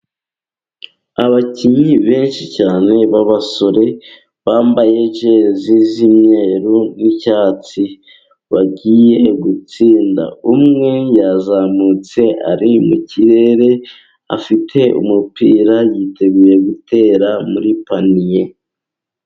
Abakinnyi benshi cyane b'abasore, bambaye jezi z'imyeru n'icyatsi, bagiye gutsinda, umwe yazamutse ari mu kirere afite umupira yiteguye gutera muri paniye.